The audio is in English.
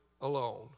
alone